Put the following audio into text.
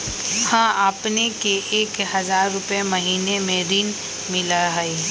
हां अपने के एक हजार रु महीने में ऋण मिलहई?